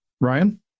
Ryan